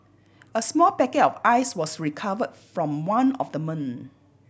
a small packet of Ice was recovered from one of the men